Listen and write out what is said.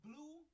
Blue